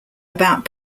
about